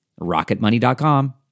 rocketmoney.com